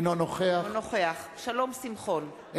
אינו נוכח שלום שמחון,